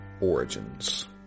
Origins